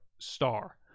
star